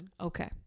Okay